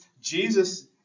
Jesus